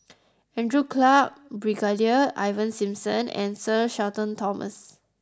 Andrew Clarke Brigadier Ivan Simson and Sir Shenton Thomas